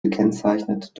gekennzeichnet